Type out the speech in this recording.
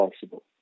possible